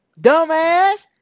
Dumbass